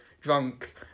drunk